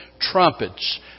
trumpets